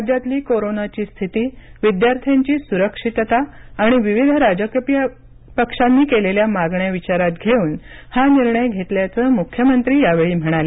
राज्यातील कोरोनाची स्थिती विद्यार्थ्यांची सुरक्षितता आणि विविध राजकीय पक्षांनी केलेल्या मागण्या विचारात घेऊन हा निर्णय घेतल्याचं मुख्यमंत्री यावेळी म्हणाले